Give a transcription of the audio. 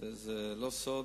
זה לא סוד,